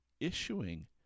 issuing